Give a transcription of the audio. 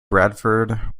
bradford